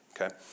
okay